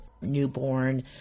newborn